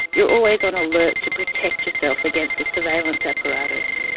you're always on alert to protect yourself against the surveillance apparatus.